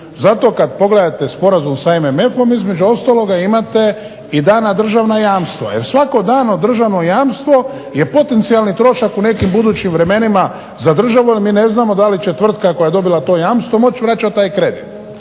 Zato kada pogledate sporazum sa MMF-om između ostaloga imate i dana državna jamstva, jer svako dano državno jamstvo je potencijalni trošak u nekim budućim vremenima za državu jer mi ne znamo da li će tvrtka koja je dobila to jamstvo moći vraćati taj kredit.